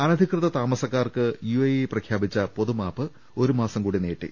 അനധികൃത താമസക്കാർക്ക് യുഎഇ പ്രഖ്യാപിച്ച പൊതുമാപ്പ് ഒരു മാസം കൂടി നീട്ടി